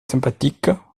sympathique